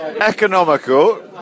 Economical